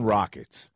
Rockets